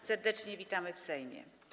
Serdecznie witamy w Sejmie.